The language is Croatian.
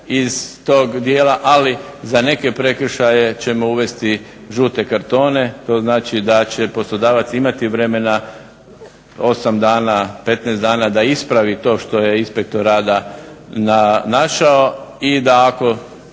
iz tog dijela, ali za neke prekršaje ćemo uvesti žute kartone. To znači da će poslodavac imati vremena 8 dana, 15 dana da ispravi to što je inspektor rada našao i da ako